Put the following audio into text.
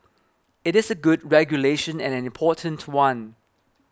it is a good regulation and an important one